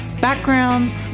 backgrounds